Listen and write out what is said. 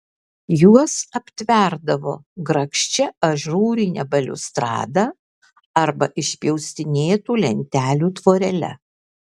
juos aptverdavo grakščia ažūrine baliustrada arba išpjaustinėtų lentelių tvorele